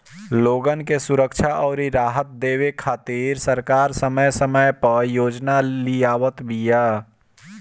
लोगन के सुरक्षा अउरी राहत देवे खातिर सरकार समय समय पअ योजना लियावत बिया